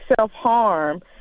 self-harm